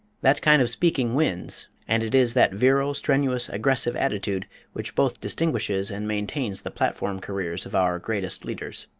that kind of speaking wins, and it is that virile, strenuous, aggressive attitude which both distinguishes and maintains the platform careers of our greatest leaders.